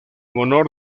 honor